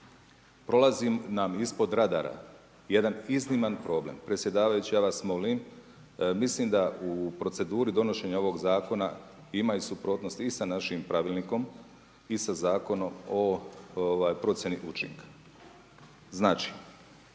prolazi nam ispod radara, jedan izniman problem, predsjedavajući, ja vas molim, mislim da u proceduri donošenje ovog zakona, ima i suprotnosti i sa našim pravilnikom i sa Zakonom o procjeni učinaka. Znači